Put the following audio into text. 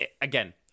again